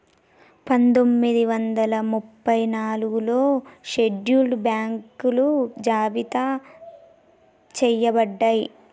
పందొమ్మిది వందల ముప్పై నాలుగులో షెడ్యూల్డ్ బ్యాంకులు జాబితా చెయ్యబడ్డయ్